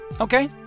Okay